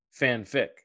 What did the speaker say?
fanfic